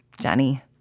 Jenny